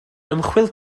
ymchwil